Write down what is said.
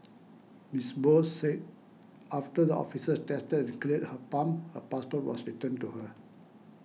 Miss Bose said after the officers tested and cleared her pump her passport was returned to her